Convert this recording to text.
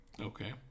Okay